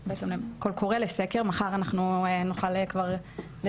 לסקר, ביום חמישי אנחנו כבר נוכל